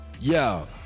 Yo